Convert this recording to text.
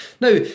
Now